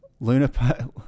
Luna